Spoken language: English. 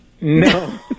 No